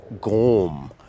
Gorm